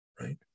Right